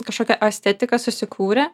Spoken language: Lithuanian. kažkokia estetika susikūrė